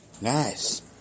Nice